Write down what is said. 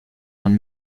man